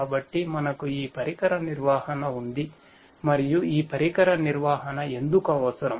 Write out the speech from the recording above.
కాబట్టి మనకు ఈ పరికర నిర్వహణ ఉంది మరియు ఈ పరికర నిర్వహణ ఎందుకు అవసరం